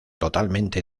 totalmente